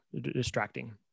distracting